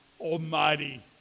Almighty